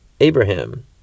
Abraham